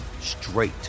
straight